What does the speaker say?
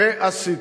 ועשיתי.